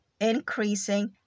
increasing